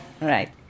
Right